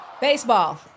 Baseball